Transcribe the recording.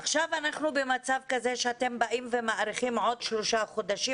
עכשיו אנחנו במצב כזה שאתם באים ומאריכים בעוד שלושה חודשים.